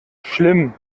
schlimm